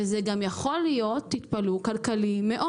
וזה גם יכול להיות, תתפלאו, כלכלי מאוד.